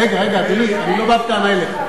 רגע, אני לא בא בטענה אליך.